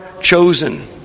chosen